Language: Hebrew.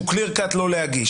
שהוא Clear Cut לא להגיש.